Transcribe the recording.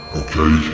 okay